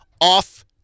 off